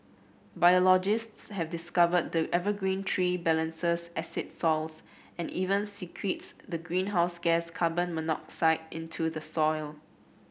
biologists have discovered the evergreen tree balances soils and even secretes the greenhouse gas carbon monoxide into the soil